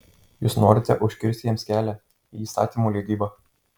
jūs norite užkirsti jiems kelią į įstatymų leidybą